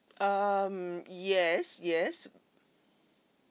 um yes yes